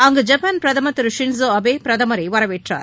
அங்கு ஜப்பான் பிரதமர் திரு ஷின்ஸோ அபே பிரதமரை வரவேற்றார்